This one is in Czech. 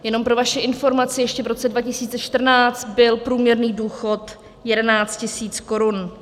Jenom pro vaši informaci, ještě v roce 2014 byl průměrný důchod 11 tisíc korun.